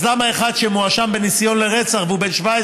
אז למה אחד שמואשם בניסיון לרצח והוא בן 17